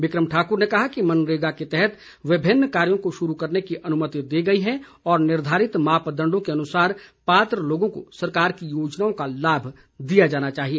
बिक्रम ठाकुर ने कहा कि मनरेगा के तहत विभिन्न कार्यों को शुरू करने की अनुमति दी गई है और निर्धारित मापदंडो के अनुसार पात्र लोगों को सरकार की योजनाओं का लाभ दिया जाना चाहिए